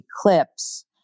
eclipse